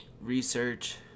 research